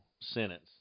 sentence